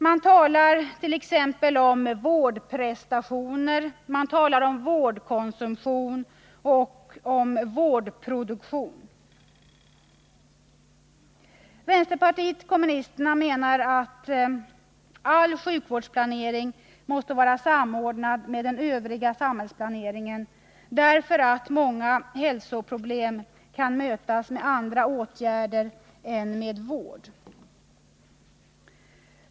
Man talar t.ex. om vårdprestationer, om vårdkonsumtion och vårdproduktion. Vpk menar att all sjukvårdsplanering måste vara samordnad med den övriga samhällsplaneringen, därför att många hälsoproblem kan mötas med andra åtgärder än med vård.